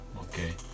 Okay